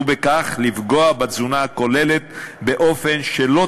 ובכך לפגוע בתזונה הכוללת באופן שלא